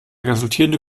resultierende